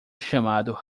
chamado